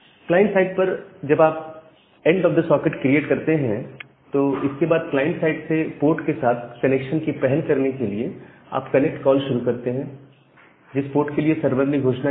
client side पर जब आप end of the socket create कर लेते हैं तो इसके बाद क्लाइंट साइड से पोर्ट के साथ कनेक्शन की पहल करने के लिए आप कनेक्ट कॉल शुरू करते हैं जिस पोर्ट के लिए सर्वर ने घोषणा की है